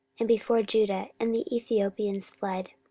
and before judah and the ethiopians fled.